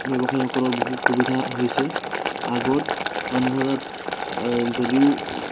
ব্যৱসায়ীসকলৰ বহুত সুবিধা হৈছে আগত মানুহৰ তাত যদিও